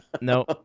No